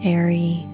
Airy